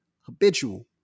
Habitual